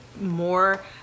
more